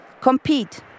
Compete